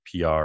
PR